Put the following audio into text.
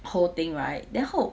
whole thing right then 后